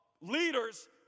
leaders